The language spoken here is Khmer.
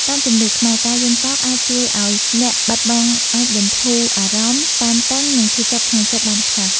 តាមជំនឿខ្មែរ ការយំសោកអាចជួយឱ្យអ្នកបាត់បង់អាចបន្ធូរបន្ថយអារម្មណ៍តានតឹង និងឈឺចាប់ក្នុងចិត្តបានខ្លះ។